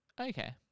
Okay